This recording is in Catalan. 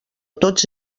tots